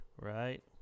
right